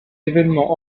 événements